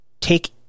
take